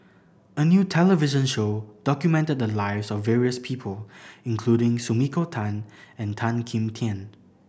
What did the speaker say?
a new television show documented the lives of various people including Sumiko Tan and Tan Kim Tian